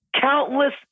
countless